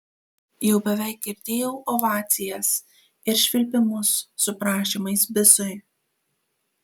jau beveik girdėjau ovacijas ir švilpimus su prašymais bisui